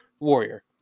warrior